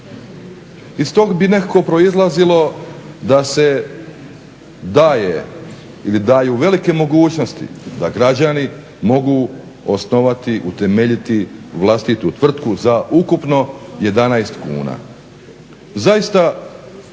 Iz tog bi nekako proizlazilo da se daje ili daju velike mogućnosti da građani mogu osnovati, utemeljiti vlastitu tvrtku za ukupno 11 kuna. Zaista